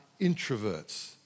introverts